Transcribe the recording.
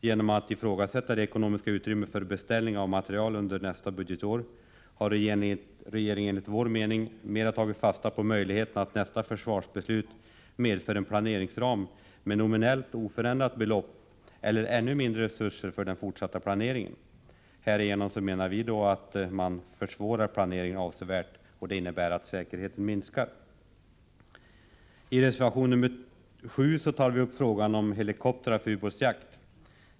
Genom att ifrågasätta det ekonomiska utrymmet för beställning av materiel under nästa budgetår har regeringen enligt vår mening mera tagit fasta på möjligheten att nästa försvarsbeslut medför en planeringsram med nominellt oförändrat belopp eller ännu mindre resurser för den fortsatta planeringen. Vi menar att man härigenom avsevärt försvårar planeringen. Detta innebär att säkerheten minskar. : I reservation 7 tar vi upp frågan om helikoptrar för ubåtsjakt.